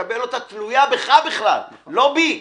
אקבל תלויה בך בכלל, לא בי.